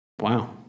Wow